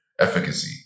Efficacy